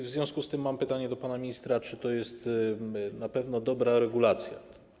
W związku z tym mam pytanie do pana ministra: Czy to jest na pewno dobra regulacja?